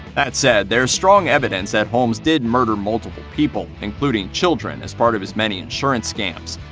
that said, there's strong evidence that holmes did murder multiple people, including children, as part of his many insurance scams.